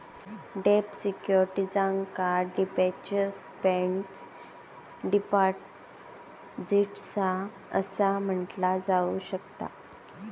डेब्ट सिक्युरिटीजका debentures, bonds, deposits असा म्हटला जाऊ शकता